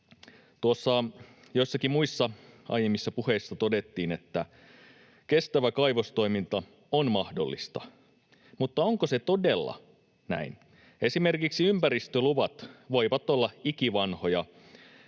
Joissakin muissa aiemmissa puheissa todettiin, että kestävä kaivostoiminta on mahdollista, mutta onko se todella näin? Esimerkiksi ympäristöluvat voivat olla ikivanhoja,